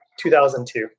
2002